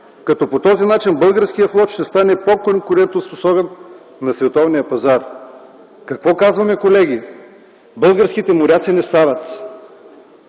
като по този начин българският флот ще стане по-конкурентоспособен на световния пазар.” Какво казваме, колеги? Българските моряци не стават.